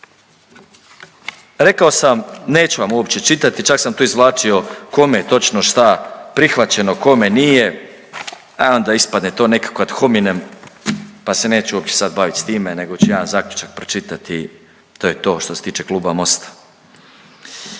Rekao sam vam neću vam uopće čitati. Čak sam tu izvlačio kome je točno šta prihvaćeno, kome nije. E onda ispadne to nekako ad hominem, pa se neću uopće sad baviti s time nego ću ja zaključak pročitati. To je to što se tiče kluba Mosta.